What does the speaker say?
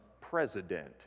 president